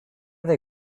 they